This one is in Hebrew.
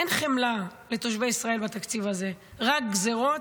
אין חמלה לתושבי ישראל בתקציב הזה, רק גזרות,